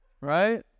right